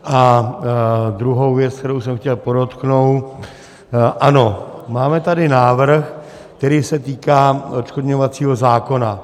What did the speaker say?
A druhou věc, kterou jsem chtěl podotknout: ano, máme tady návrh, který se týká odškodňovacího zákona.